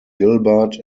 gilbert